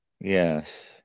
Yes